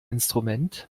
instrument